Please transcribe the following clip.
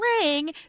ring